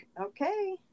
okay